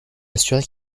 assurait